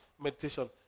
meditation